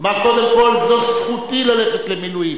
אמר: קודם כול, זאת זכותי ללכת למילואים.